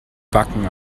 backen